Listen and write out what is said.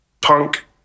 punk